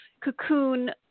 cocoon